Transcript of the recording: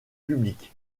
public